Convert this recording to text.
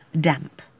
damp